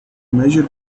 measure